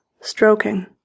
stroking